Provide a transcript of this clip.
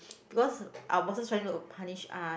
because our bosses trying to punish us